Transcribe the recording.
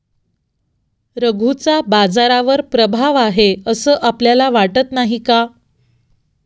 रघूचा बाजारावर प्रभाव आहे असं आपल्याला वाटत नाही का?